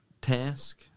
task